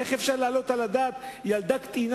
איך אפשר להעלות על הדעת שילדה קטינה